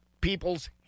people's